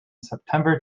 september